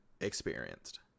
experienced